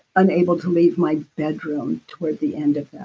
unable to leave my bedroom towards the end of that.